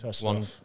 one